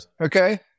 Okay